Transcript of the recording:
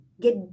get